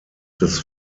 des